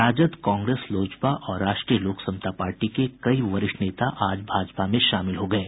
राजद कांग्रेस लोजपा और राष्ट्रीय लोक समता पार्टी के कई वरिष्ठ नेता आज भाजपा में शामिल हो गये